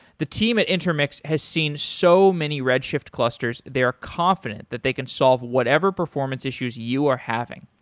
the team at intermix has seen so many red shift clusters that they are confident that they can solve whatever performance issues you are having.